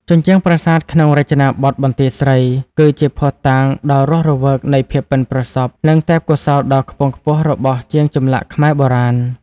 ជញ្ជាំងប្រាសាទក្នុងរចនាបថបន្ទាយស្រី គឺជាភស្តុតាងដ៏រស់រវើកនៃភាពប៉ិនប្រសប់ និងទេពកោសល្យដ៏ខ្ពង់ខ្ពស់របស់ជាងចម្លាក់ខ្មែរបុរាណ។